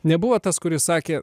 nebuvo tas kuris sakė